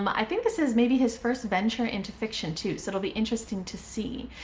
um i think this is maybe his first venture into fiction too, so it'll be interesting to see.